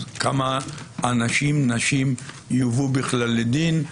אז כמה אנשים ונשים יובאו בכלל לדין?